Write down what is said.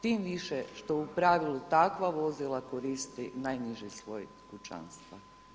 Tim više što u pravilu takva vozila koristi najniži sloj pučanstva.